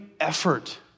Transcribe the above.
effort